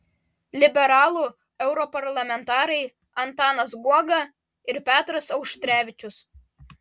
liberalų europarlamentarai antanas guoga ir petras auštrevičius